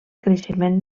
creixement